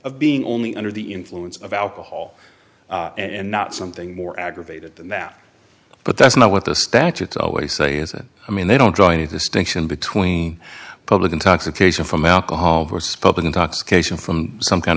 of being only under the influence of alcohol and not something more aggravated than that but that's not what the statutes always say is it i mean they don't draw any distinction between public intoxication from alcohol for spoken intoxication from some kind